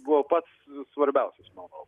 buvo pats svarbiausias manau